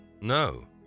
No